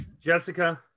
jessica